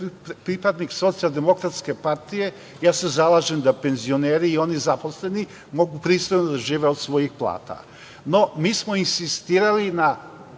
pripadnik Socijaldemokratske partije, zalažem se da penzioneri i oni zaposleni mogu pristojno da žive od svojih plata. No, mi smo insistirali na